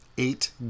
Eight